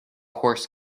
horse